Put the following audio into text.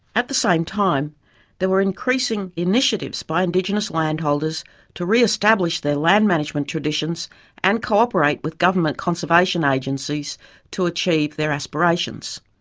at the same time there were increasing initiatives by indigenous landholders to re-establish their land management traditions and cooperate with government conservation conservation agencies to achieve there aspirations.